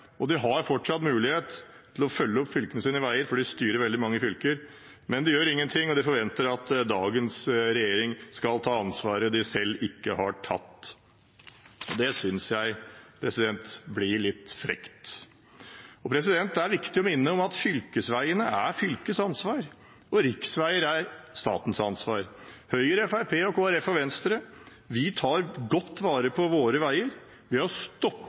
de satt i regjering. De har fortsatt mulighet til å følge opp fylkesveiene, for de styrer i veldig mange fylker. Men de gjør ingenting og forventer at dagens regjering skal ta ansvaret de selv ikke har tatt. Det synes jeg blir litt frekt. Det er viktig å minne om at fylkesveiene er fylkets ansvar og riksveiene er statens ansvar. Høyre, Fremskrittspartiet, Kristelig Folkeparti og Venstre tar godt vare på våre veier, vi har stoppet